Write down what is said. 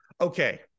Okay